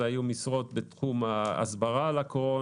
אלה היו משרות בתחום ההסברה על הקורונה,